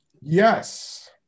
Yes